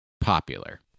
popular